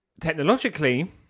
technologically